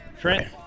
Trent